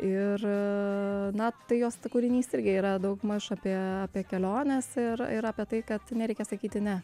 ir na tai jos kūrinys irgi yra daugmaž apie apie keliones ir ir apie tai kad nereikia sakyti ne